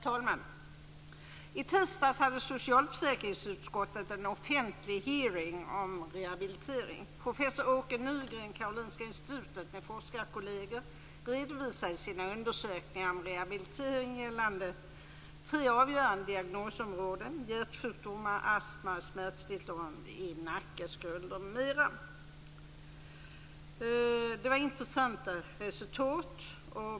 Herr talman! I tisdags hade socialförsäkringsutskottet en offentlig hearing om rehabilitering. Professor Åke Nygren från Karolinska institutet med forskarekolleger redovisade sina undersökningar om rehabilitering gällande tre avgörande diagnosområden Det var intressanta resultat.